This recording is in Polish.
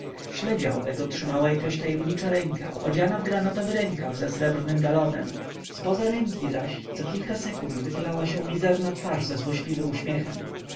śledzia owego trzymała jakaś tajemnicza ręka odziana w granatowy rękaw ze srebrnym galonem zpoza ręki zaś cokilka sekund wychylała się mizerna twarz ze złośliwym uśmiechem